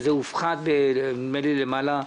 וזה הופחת נדמה לי ביותר מ-20%,